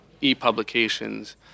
e-publications